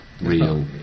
real